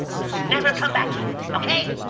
now, never come back here. okay?